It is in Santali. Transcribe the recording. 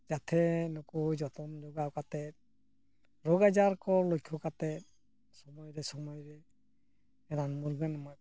ᱡᱟᱛᱷᱮ ᱱᱩᱠᱩ ᱡᱚᱛᱚᱱ ᱡᱚᱜᱟᱣ ᱠᱟᱛᱮ ᱨᱳᱜᱽ ᱟᱡᱟᱨ ᱠᱚ ᱞᱳᱠᱠᱷᱳ ᱠᱟᱛᱮ ᱥᱚᱢᱚᱭ ᱨᱮ ᱥᱚᱢᱚᱭ ᱨᱮ ᱨᱟᱱᱼᱢᱩᱨᱜᱟᱹᱱ ᱮᱢᱟᱠᱚ